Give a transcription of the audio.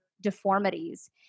deformities